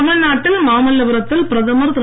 தமிழ்நாட்டில் மாமல்லபுரத்தில் பிரதமர் திரு